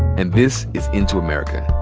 and this is into america.